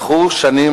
לקח שנים,